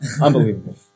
Unbelievable